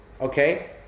Okay